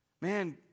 Man